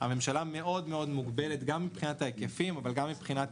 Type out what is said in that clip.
הממשלה מוגבלת מאוד מבחינת ההיקפים ומבחינת